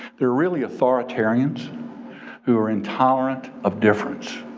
they're really authoritarians who are intolerant of difference.